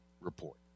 report